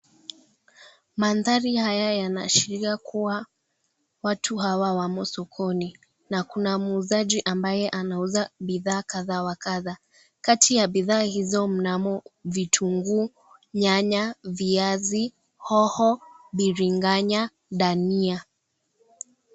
Mandhari haya yanaashiria watu hawa wamo sokoni na kuna muuzaji ambaye anauza bidhaa kadha wa kadha kati ya bidhaa hizi kuna kitunguu nyanya viazi hoho biringanya dania.